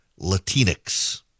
Latinx